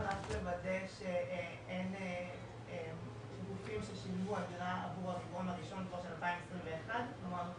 רק לוודא שאין גופים ששילמו עבור הרבעון הראשון בשנת 2021. כלומר,